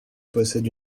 possède